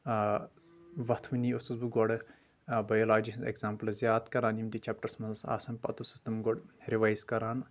آ وتھوٕنی اوسُس بہٕ گۄڑٕ بیولاجی ہنٛز ایٚگزامپٕلز یاد کران یِم تہِ چیٚپٹرس منٛز آسان پتہٕ اوسُس تِم گۄڑٕ رِوایز کران